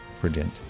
brilliant